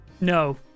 No